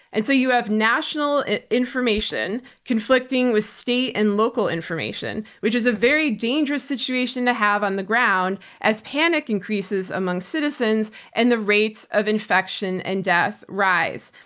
and so you have national information conflicting with state and local information which is a very dangerous situation to have on the ground as panic increases among citizens and the rates of infection and death rise.